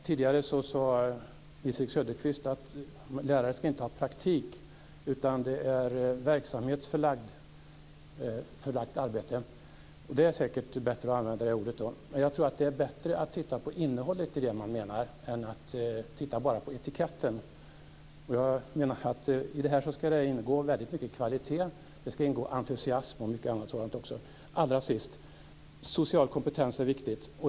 Tidigare sade Nils-Erik Söderqvist att lärare inte ska ha praktik, utan det är verksamhetsförlagt arbete. Det är säkert bättre att använda det ordet. Men jag tror att det är bättre att titta på innehållet i det man menar än att bara titta på etiketten. I det här ska det ingå väldigt mycket kvalitet, entusiasm och annat sådant. Allra sist: Social kompetens är viktig.